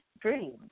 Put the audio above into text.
dream